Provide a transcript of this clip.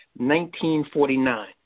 1949